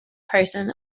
person